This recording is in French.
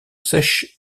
sèche